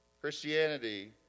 Christianity